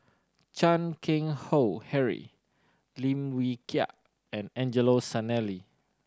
Chan Keng Howe Harry Lim Wee Kiak and Angelo Sanelli